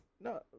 No